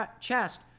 chest